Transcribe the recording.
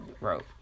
wrote